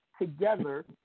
Together